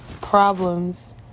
problems